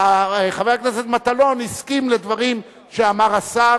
חבר הכנסת מטלון הסכים לדברים שאמר השר.